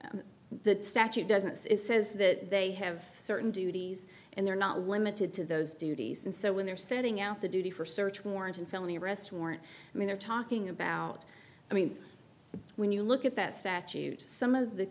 than the statute doesn't it says that they have certain duties and they're not limited to those duties and so when they're setting out the duty for search warrant and felony arrest warrant i mean they're talking about i mean when you look at that statute some of the